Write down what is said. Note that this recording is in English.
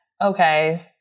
okay